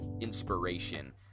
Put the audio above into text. inspiration